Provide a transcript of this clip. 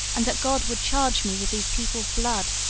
and that god would charge me with these people's blood.